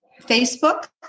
Facebook